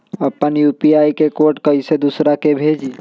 अपना यू.पी.आई के कोड कईसे दूसरा के भेजी?